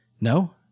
No